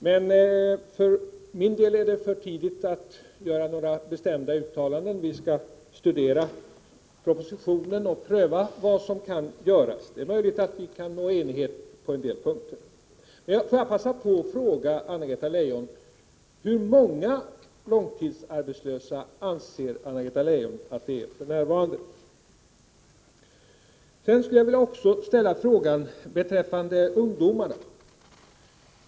Men för min del är det för tidigt att göra några bestämda uttalanden. Vi skall studera propositionen och pröva vad som kan göras. Det är möjligt att vi kan nå enighet på en del punkter. Men får jag passa på att fråga Anna-Greta Leijon: Hur många långtidsarbetslösa anser Anna-Greta Leijon att det finns f. n.? Jag skulle också vilja ställa en fråga beträffande ungdomarna.